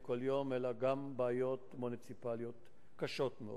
כל יום אלא גם בעיות מוניציפליות קשות מאוד,